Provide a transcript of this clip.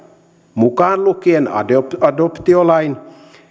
mukaan lukien adoptiolain